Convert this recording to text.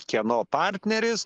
kieno partneris